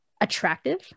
attractive